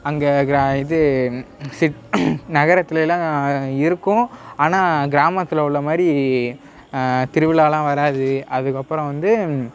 அங்கே கிரா இது சித் நகரத்திலேலாம் இருக்கும் ஆனால் கிராமத்தில் உள்ள மாதிரி திருவிழாலாம் வராது அதுக்கப்பறம் வந்து